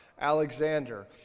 Alexander